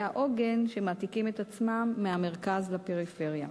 העוגן שמעתיקים את עצמם מהמרכז לפריפריה.